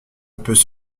peut